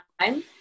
time